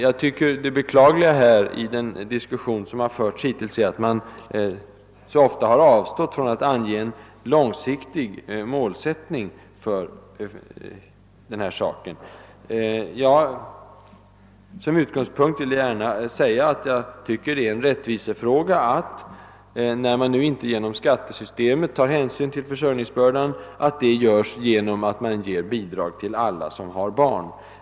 Jag tycker det beklagliga i den diskussion som hittills förts är att man så ofta avstått från att ange en långsiktig målsättning. Jag tycker att det är en rättvisefråga att man, när man nu inte genom skattesystemet tar hänsyn till försörjningsbördan, i stället gör det genom att ge bidrag till alla som har barn.